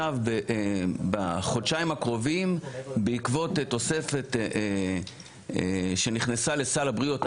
בחודשיים הקרובים בעקבות תוספת שנכנסה לסל הבריאות,